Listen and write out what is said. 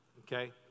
Okay